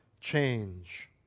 change